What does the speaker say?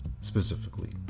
specifically